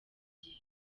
gihe